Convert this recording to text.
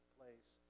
place